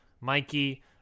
Mikey